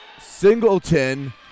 Singleton